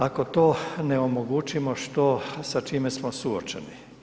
Ako to ne omogućimo što, sa čime smo suočeni?